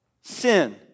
sin